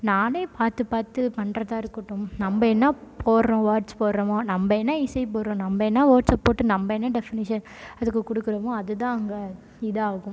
நானே பார்த்து பார்த்து பண்ணுறதா இருக்கட்டும் நம்ம என்ன போடுறோம் வேர்ட்ஸ் போட்றோமோ நம்ம என்ன இசை போடுறோம் நம்ம என்ன வோர்ட்ஸை போட்டு நம்ம என்ன டெஃபனிஷன் அதுக்கு குடுக்கறோமோ அது தான் அங்கே இதாகும்